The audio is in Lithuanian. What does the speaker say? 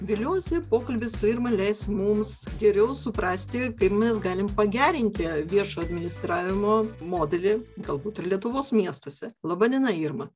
viliuosi pokalbis su irma leis mums geriau suprasti kaip mes galim pagerinti viešo administravimo modelį galbūt ir lietuvos miestuose laba diena irma